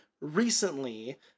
recently